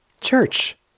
church